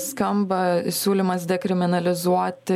skamba siūlymas dekriminalizuoti